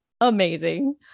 amazing